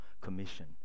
commission